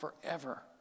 forever